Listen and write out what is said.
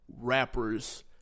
rappers